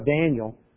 Daniel